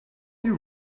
you